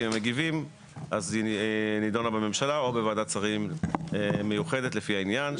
אם הם מגיבים אז היא נידונה בממשלה או בוועדת שרים מיוחדת לפי העניין,